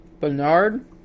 Bernard